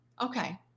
Okay